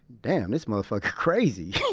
damn this motherfucker crazy. yeah